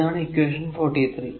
ഇതാണ് ഇക്വേഷൻ 43